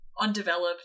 undeveloped